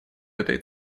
этой